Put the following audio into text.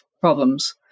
problems